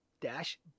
Dash